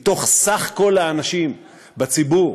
מסך כל האנשים בציבור,